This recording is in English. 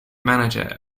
manager